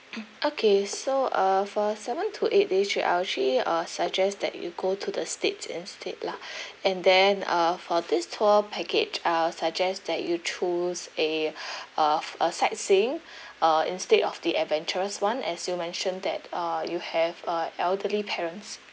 okay so uh for seven to eight days trip I actually uh suggest that you go to the states instead lah and then uh for this tour package I'll suggest that you choose a of a sightseeing uh instead of the adventurous one as you mention that uh you have uh elderly parents